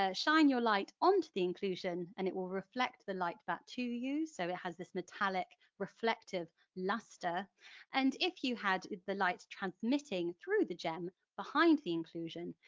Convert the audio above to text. ah shine your light onto the inclusion and it will reflect the light back to you, so it has this metallic reflective lustre and if you had the light transmitting through the gem behind the inclusion,